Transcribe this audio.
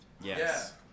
Yes